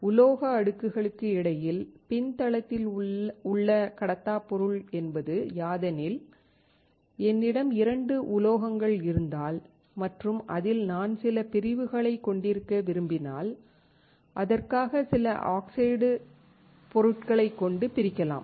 உலோக அடுக்குகளுக்கு இடையில் பின்தளத்தில் உள்ள கடத்தாப் பொருள் என்பது யாதெனில் என்னிடம் இரண்டு உலோகங்கள் இருந்தால் மற்றும் அதில் நான் சில பிரிவுகளைக் கொண்டிருக்க விரும்பினால் அதற்காக சில ஆக்சைடு பொருட்களைக்கொண்டு பிரிக்கலாம்